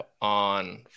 on